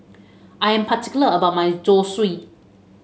I am particular about my Zosui